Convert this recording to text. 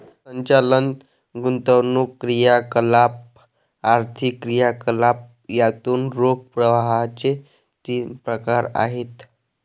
संचालन, गुंतवणूक क्रियाकलाप, आर्थिक क्रियाकलाप यातून रोख प्रवाहाचे तीन प्रकार आहेत